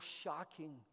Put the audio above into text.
shocking